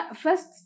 first